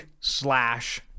slash